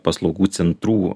paslaugų centrų